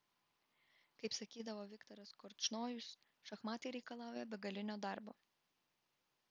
kaip sakydavo viktoras korčnojus šachmatai reikalauja begalinio darbo